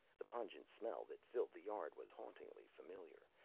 the pungent smell that filled the yard was hauntingly familiar,